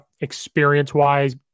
experience-wise